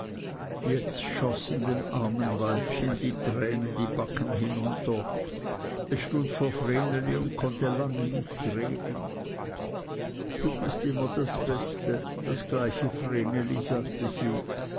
jetzt schossen dem armen weibchen tränen die backen herunter es stund vor vreneli und konnte lange nicht reden du bist immer das beste das gleiche vreneli sagte sie